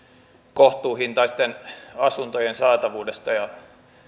kohtuuhintaisten asuntojen saatavuudesta ja